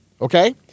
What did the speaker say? Okay